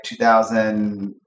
2000